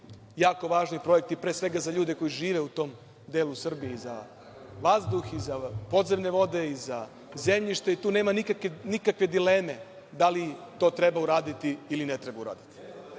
jako važni projekti, pre svega, za ljude koji žive u tom delu Srbije i za vazduh i za podzemne vode i za zemljište i tu nema nikakve dileme da li to treba uraditi ili ne treba uraditi.